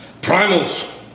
Primals